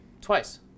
twice